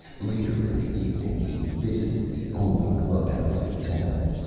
later in the evening he visited the only club house in town.